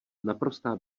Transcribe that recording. naprostá